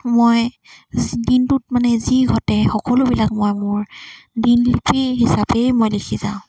মই দিনটোত মানে যি ঘটে সকলোবিলাক মই মোৰ দিন লিপি হিচাপেই মই লিখি যাওঁ